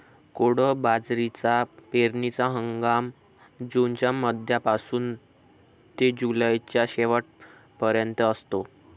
कोडो बाजरीचा पेरणीचा हंगाम जूनच्या मध्यापासून ते जुलैच्या शेवट पर्यंत असतो